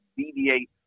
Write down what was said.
deviate